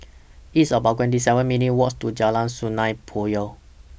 It's about twenty seven minutes' Walk to Jalan Sungei Poyan